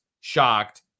shocked